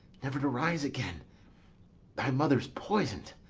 never to rise again thy mother's poison'd